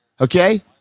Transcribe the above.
okay